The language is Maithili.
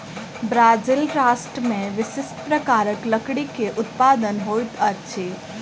ब्राज़ील राष्ट्र में विशिष्ठ प्रकारक लकड़ी के उत्पादन होइत अछि